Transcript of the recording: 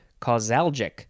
causalgic